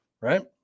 right